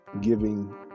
giving